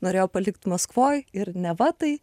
norėjo palikt maskvoj ir neva tai